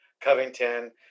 Covington